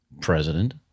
president